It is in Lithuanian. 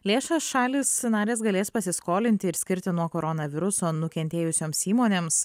lėšas šalys narės galės pasiskolinti ir skirti nuo koronaviruso nukentėjusioms įmonėms